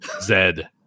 Zed